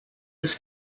was